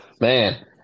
man